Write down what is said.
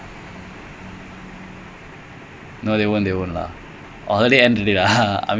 they might you know like sad I don't know ah chea adams